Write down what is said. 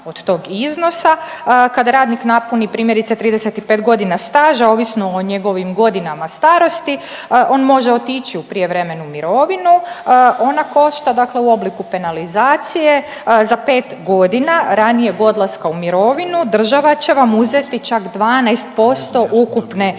od tog iznosa. Kad radnik napuni primjerice 35 godina staža ovisno o njegovim godinama starosti on može otići u prijevremenu mirovinu ona košta dakle u obliku penalizacije za 5 godina ranijeg odlaska u mirovinu država će vam uzeti čak 12% ukupne mirovine.